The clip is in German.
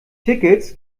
tickets